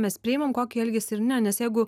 mes priimam kokį elgesį ir ne nes jeigu